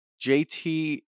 JT